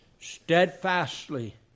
Steadfastly